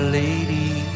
lady